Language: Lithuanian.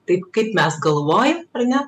taip kaip mes galvojam ar ne